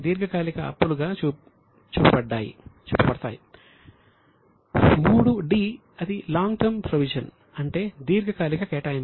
ఇక అంశం 'c' long term liability అంటే దీర్ఘకాలిక కేటాయింపు